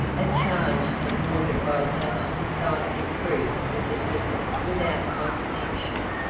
a charge supported by such decisive proof was admitted without contradiction,